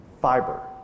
fiber